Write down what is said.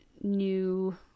new